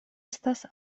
estas